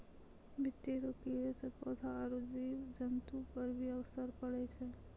मिट्टी रो कीड़े से पौधा आरु जीव जन्तु पर भी असर पड़ै छै